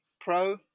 Pro